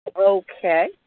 Okay